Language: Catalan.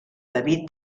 david